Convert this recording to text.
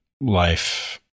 life